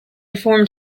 deformed